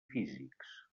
físics